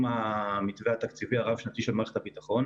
המתווה התקציבי הרב-שנתי של מערכת הביטחון.